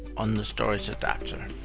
on the storage adapter,